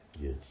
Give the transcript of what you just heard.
Yes